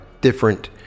different